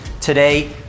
Today